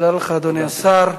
תודה לך, אדוני השר.